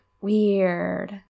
weird